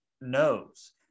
knows